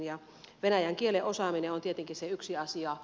ja venäjän kielen osaaminen on tietenkin se yksi asia